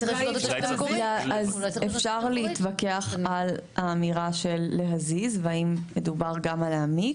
אז אפשר להתווכח על האמירה של להזיז והאם מדובר גם על להעמיק,